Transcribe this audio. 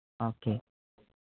okay